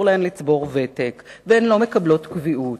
ואסור להן לצבור ותק והן לא מקבלות קביעות.